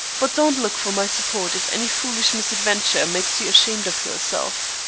but don't look for my support if any foolish misadventure makes you ashamed of yourself.